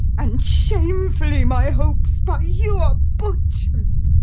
and shamefully my hopes by you are butcher'd.